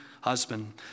husband